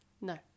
No